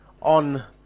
on